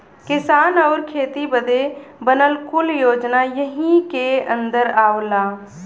किसान आउर खेती बदे बनल कुल योजना यही के अन्दर आवला